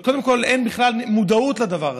אין בכלל מודעות לדבר הזה.